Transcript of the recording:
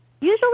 Usually